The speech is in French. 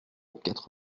quatre